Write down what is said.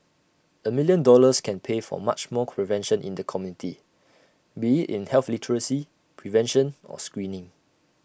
A million dollars can pay for much more prevention in the community be IT in health literacy prevention or screening